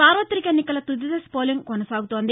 సార్వతిక ఎన్నికల తుదిదశ పోలింగ్ కొనసాగుతోంది